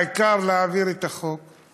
העיקר להעביר את החוק.